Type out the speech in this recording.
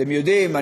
אתם יודעים,